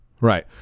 Right